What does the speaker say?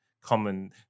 common